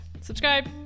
subscribe